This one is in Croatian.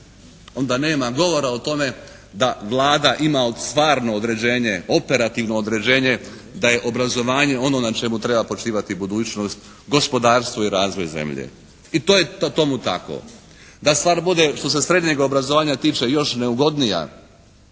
onda nema govora o tome da Vlada ima stvarno određenje, operativno određenje da je obrazovanje ono na čemu treba počivati budućnost, gospodarstvo i razvoj zemlje i to je tomu tako. Da stvar bude što se srednjeg obrazovanja tiče još neugodnija